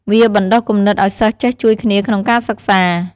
វាបណ្ដុះគំនិតឱ្យសិស្សចេះជួយគ្នាក្នុងការសិក្សា។